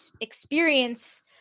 experience